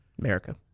America